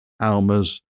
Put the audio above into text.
Alma's